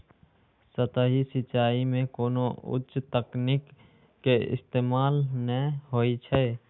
सतही सिंचाइ मे कोनो उच्च तकनीक के इस्तेमाल नै होइ छै